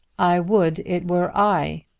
i would it were i,